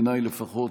בעיניי לפחות,